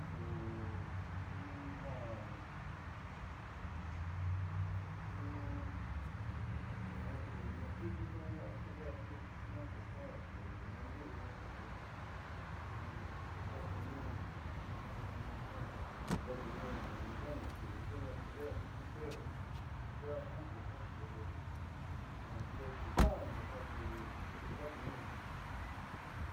Ko ja ja nati'ivindo la'a ku ve'endo jiaa ku ja ku naandi'i ndakuñuun nduuka nani ja ku jandaakuñuun nani ja naati'ivindo la'a ku ve'endo ku ke'endo ndiaá jiaa ku ja xede xeocupando ndaakuñuun jiaa.